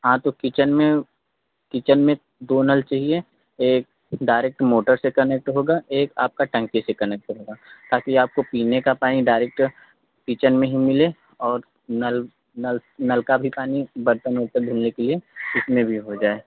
हाँ तो किचन में किचन में दो नल चाहिए एक डायरेक्ट मोटर से कनेक्ट होगा एक आपका टंकी से कनेक्ट होगा ताकि आपको पीने का पानी डायरेक्ट किचन में ही मिले और नल नल नल का भी पानी बर्तन उर्तन धुलने के लिए इसमें भी हो जाए